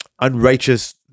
unrighteous